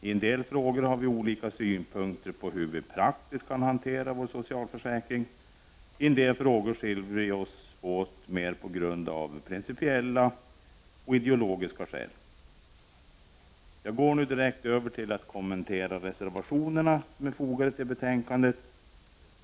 I en del frågor har vi olika synpunkter på hur vi praktiskt kan hantera våra socialförsäkringar, i andra frågor skiljer vi oss åt mera av principiella och ideologiska skäl. Jag går nu direkt över till att kommentera de reservationer som är fogade till betänkandet.